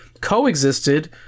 coexisted